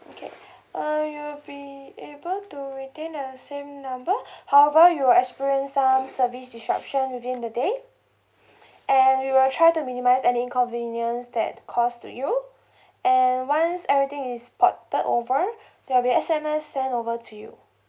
okay err you'll be able to retain the same number however you will experience some service disruption within the day and we will try to minimize any inconvenience that caused to you and once everything is ported over there will be S_M_S sent over to you